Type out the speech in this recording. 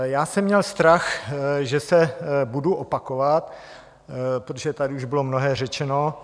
Já jsem měl strach, že se budu opakovat, protože tady už bylo mnohé řečeno.